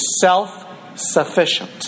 self-sufficient